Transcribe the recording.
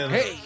Hey